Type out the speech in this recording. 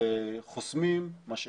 חוסמים, משאבות,